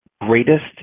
greatest